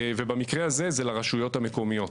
ובמקרה הזה זה לרשויות המקומיות.